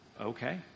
Okay